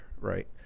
right